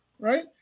Right